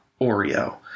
Oreo